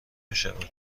میشود